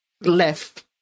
left